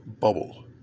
bubble